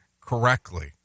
correctly